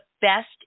best